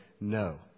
no